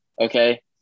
okay